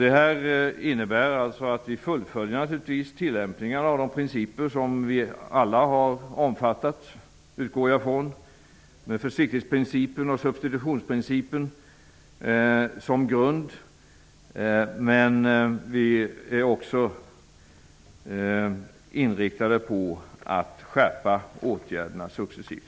Det här innebär alltså att vi naturligtvis fullföljer tillämpningen av de principer som har omfattats av alla, utgår jag ifrån, med försiktighetsprincipen och substitutionsprincipen som grund. Men vi är också inriktade på att skärpa åtgärderna successivt.